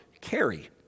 carry